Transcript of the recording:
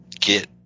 get